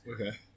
Okay